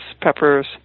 peppers